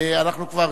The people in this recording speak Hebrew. אנחנו כבר,